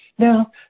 Now